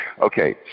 Okay